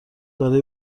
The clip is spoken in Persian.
برای